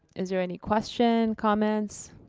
is there any question, comments?